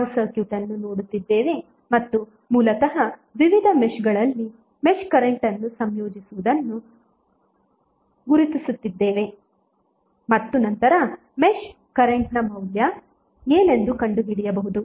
ನಾವು ಸರ್ಕ್ಯೂಟ್ ಅನ್ನು ನೋಡುತ್ತಿದ್ದೇವೆ ಮತ್ತು ಮೂಲತಃ ವಿವಿಧ ಮೆಶ್ಗಳಲ್ಲಿ ಮೆಶ್ ಕರೆಂಟ್ ಅನ್ನು ನಿಯೋಜಿಸುವುದನ್ನು ಗುರುತಿಸುತ್ತಿದ್ದೇವೆ ಮತ್ತು ನಂತರ ಮೆಶ್ ಕರೆಂಟ್ ನ ಮೌಲ್ಯ ಏನೆಂದು ಕಂಡುಹಿಡಿಯಬಹುದು